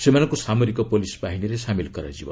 ସେମାନଙ୍କୁ ସାମରିକ ପୋଲିସ୍ ବାହିନୀରେ ସାମିଲ କରାଯିବ